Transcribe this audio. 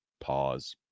pause